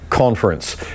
conference